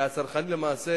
והצרכנים למעשה